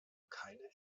keine